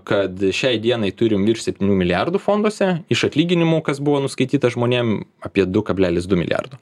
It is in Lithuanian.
kad šiai dienai turim virš septynių milijardų fonduose iš atlyginimų kas buvo nuskaityta žmonėm apie du kablelis du milijardo